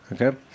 Okay